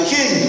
King